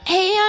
Hey